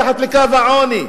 מתחת לקו העוני,